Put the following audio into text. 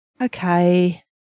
okay